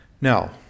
now